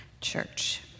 church